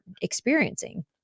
experiencing